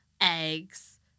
eggs